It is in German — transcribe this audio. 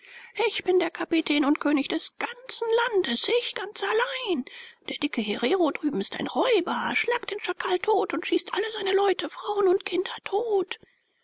ich bin der kapitän und könig des ganzen landes ich ganz allein der dicke herero drüben ist ein räuber schlagt den schakal tot schießt alle seine leute frauen und kinder tot